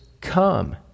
come